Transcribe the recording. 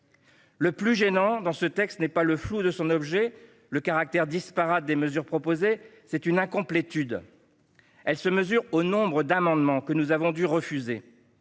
Le plus gênant dans ce texte n'est pas le flou de son objet ou le caractère disparate des mesures proposées ; c'est son incomplétude. Celle-ci se mesure au nombre d'amendements que nous avons dû déclarer